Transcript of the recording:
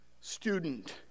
student